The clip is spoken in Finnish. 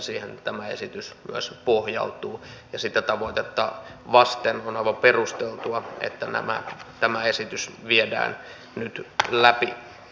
siihen tämä esitys myös pohjautuu ja sitä tavoitetta vasten on aivan perusteltua että tämä esitys viedään nyt läpi